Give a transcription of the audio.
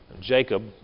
Jacob